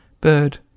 Bird